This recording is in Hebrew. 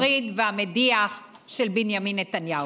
המפריד והמדיח של בנימין נתניהו.